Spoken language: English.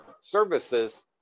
services